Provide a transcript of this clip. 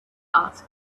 asked